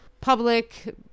public